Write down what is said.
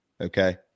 Okay